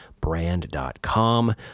brand.com